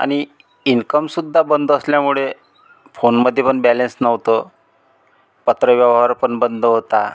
आनी इन्कम सुद्धा बंद असल्यामुळे फोनमधे पण बॅलेन्स नव्हतं पत्रव्यवहार पण बंद होता